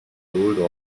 hold